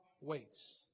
waits